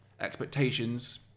expectations